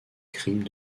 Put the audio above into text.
crimes